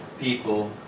people